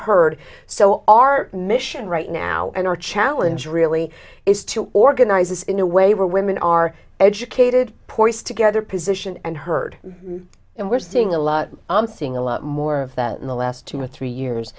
heard so our mission right now and our challenge really is to organize this in a way where women are educated poised together position and heard and we're seeing a lot i'm seeing a lot more of that in the last two to three years